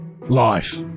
Life